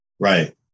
Right